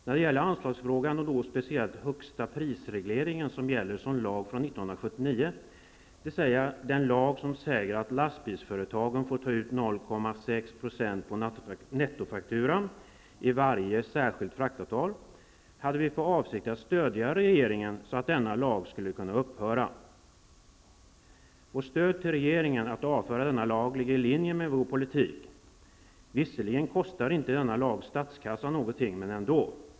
När det gäller anslagsfrågan, och då speciellt högstaprisregleringen som gäller som lag från 1979, dvs, den lag som säger att lastbilsföretagen får ta ut 0,6 % på nettofakturan i varje särskilt fraktavtal, hade vi för avsikt att stödja regeringen så att denna lag skulle kunna upphöra. Vårt stöd till regeringen att avföra denna lag ligger i linje med vår politik. Denna lag kostar visserligen inte statskassan något, men ändå.